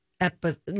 episode